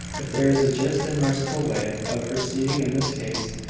if there is a just and merciful way of proceeding in this case,